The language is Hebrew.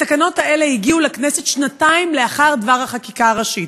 התקנות האלה הגיעו לכנסת שנתיים לאחר דבר החקיקה הראשית.